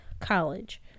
college